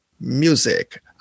music